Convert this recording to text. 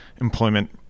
employment